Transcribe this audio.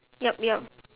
yup yup